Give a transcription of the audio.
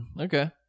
Okay